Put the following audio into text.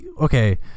okay